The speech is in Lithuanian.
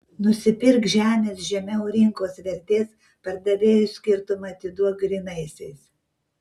nusipirk žemės žemiau rinkos vertės pardavėjui skirtumą atiduok grynaisiais